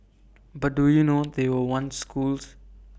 but do you know they were once schools